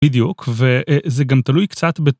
בדיוק וזה גם תלוי קצת ב.